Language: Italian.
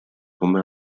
come